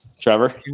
Trevor